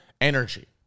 energy